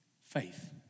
Faith